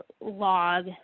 log